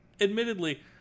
Admittedly